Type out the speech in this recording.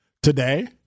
Today